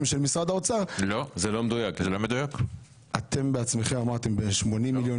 של משרד האוצר -- אתם בעצמכם אמרתם 80 מיליון,